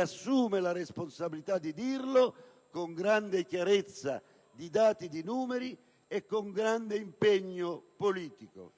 assumendosi la responsabilità di farlo con grande chiarezza di dati e di numeri e con grande impegno politico.